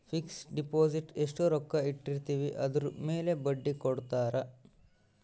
fix deposit ಎಸ್ಟ ರೊಕ್ಕ ಇಟ್ಟಿರ್ತಿವಿ ಅದುರ್ ಮೇಲೆ ಬಡ್ಡಿ ಕೊಡತಾರ